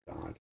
God